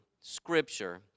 Scripture